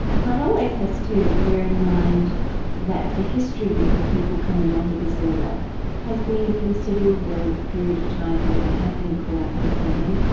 one always has to bear in mind that the history of the people coming on to this order has been a considerable period of time where they have been caught up in offending,